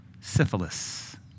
syphilis